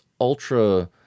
ultra